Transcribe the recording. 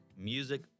music